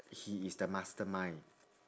he is the mastermind